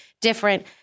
different